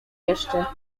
jeszcze